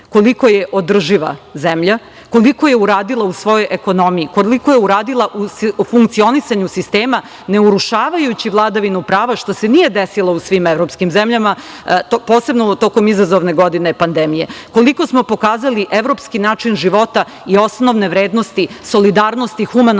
koliko je održiva zemlja, koliko je uradila u svojoj ekonomiji, koliko je uradila u funkcionisanju sistema, ne urušavajući vladavinu prava, što se nije desilo u svim evropskim zemljama, posebno tokom izazovne godine pandemije, koliko smo pokazali evropski način života i osnovne vrednosti solidarnosti, humanosti,